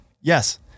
Yes